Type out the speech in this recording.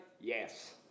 yes